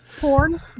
porn